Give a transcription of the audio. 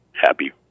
happy